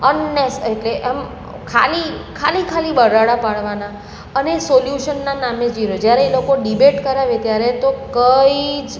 અનનેસ એટલે આમ ખાલી ખાલી ખાલી બરાડા પાડવાના અને સોલ્યુશનના નામે જીરો જ્યારે એ લોકો ડિબેટ કરાવે ત્યારે તો કંઈ જ